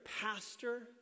pastor